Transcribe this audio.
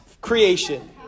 creation